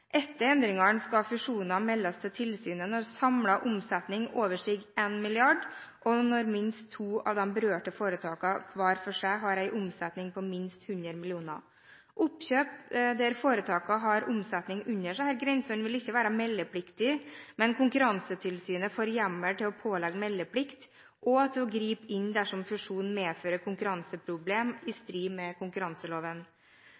Etter endringene skal fusjonene meldes til tilsynet når samlet omsetning overstiger 1 mrd. kr, og når minst to av de berørte foretakene hver for seg har en omsetning på minst 100 mill. kr. Oppkjøp der foretakene har omsetning under disse grensene, vil ikke være meldepliktige, men Konkurransetilsynet får hjemmel til å pålegge meldeplikt og til å gripe inn dersom fusjonen medfører konkurranseproblem i